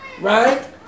right